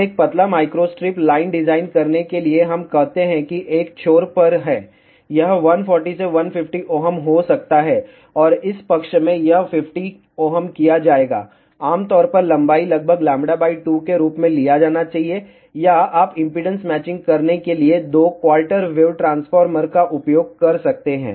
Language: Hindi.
तो एक पतला माइक्रोस्ट्रिप लाइन डिजाइन करने के लिए हम कहते हैं कि एक छोर पर है यह 140 से 150 Ω हो सकता है और इस पक्ष में है यह 50 Ω किया जाएगा आम तौर पर लंबाई लगभग λ 2 के रूप में लिया जाना चाहिए या आप इम्पीडेन्स मैचिंग करने के लिए दो क्वार्टर वेव ट्रांसफार्मर का उपयोग कर सकते हैं